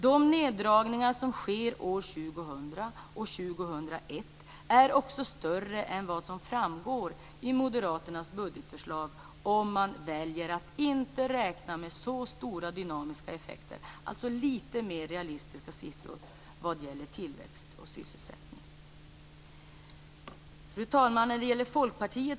De neddragningar som sker år 2000 och 2001 är också större än vad som framgår i moderaternas budgetförslag, om man väljer att inte räkna med så stora dynamiska effekter, alltså lite mer realistiska siffror när det gäller tillväxt och sysselsättning. Fru talman!